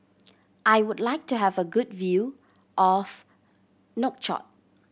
I would like to have a good view of Nouakchott